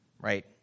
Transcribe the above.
right